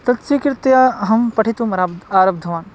तत् स्वीकृत्य अहं पठितुम् अराम् आरब्धवान्